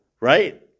right